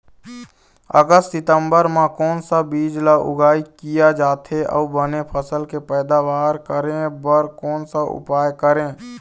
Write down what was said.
अगस्त सितंबर म कोन सा बीज ला उगाई किया जाथे, अऊ बने फसल के पैदावर करें बर कोन सा उपाय करें?